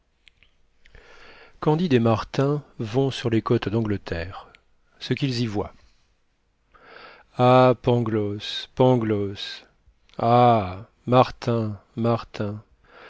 et martin vont sur les côtes d'angleterre ce qu'ils y voient ah pangloss pangloss ah martin martin